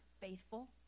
faithful